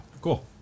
Cool